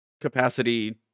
capacity